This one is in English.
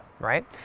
right